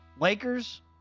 Lakers